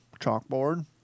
chalkboard